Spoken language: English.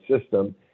system